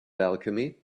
alchemy